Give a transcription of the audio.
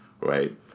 right